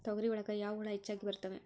ತೊಗರಿ ಒಳಗ ಯಾವ ಹುಳ ಹೆಚ್ಚಾಗಿ ಬರ್ತವೆ?